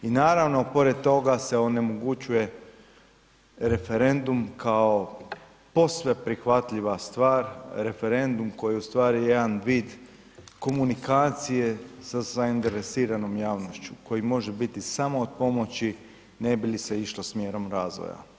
I naravno pored toga se onemogućuje referendum kao posve prihvatljiva stvar, referendum koji u stvari je jedan vid komunikacije sa zainteresiranom javnošću, koji može biti samo od pomoći ne bi li se išlo smjerom razvoja.